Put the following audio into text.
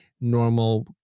normal